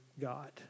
God